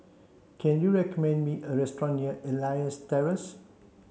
can you recommend me a restaurant near Elias Terrace